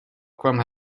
kwam